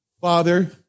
father-